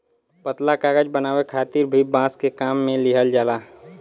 पतला कागज बनावे खातिर भी बांस के काम में लिहल जाला